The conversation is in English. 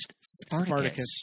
Spartacus